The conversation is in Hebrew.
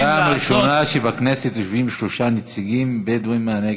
זו הפעם הראשונה שבכנסת יושבים שלושה נציגים בדואים מהנגב.